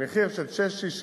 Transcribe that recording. במחיר של 6.60,